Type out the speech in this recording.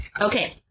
Okay